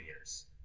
years